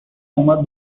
اومد